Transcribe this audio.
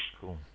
Cool